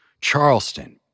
Charleston